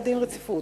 רציפות.